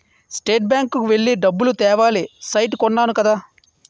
state bank కి వెళ్లి డబ్బులు తేవాలి సైట్ కొన్నాను కదా